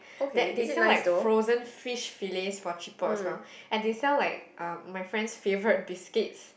that they sell like frozen fish fillets for cheaper as well and they sell like uh my friend's favourite biscuits